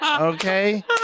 Okay